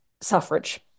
suffrage